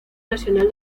nacional